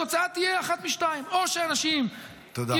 התוצאה תהיה אחת משתיים: או שאנשים ימשכו,